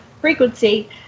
frequency